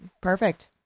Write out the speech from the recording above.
Perfect